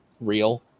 Real